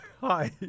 Hi